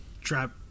Trap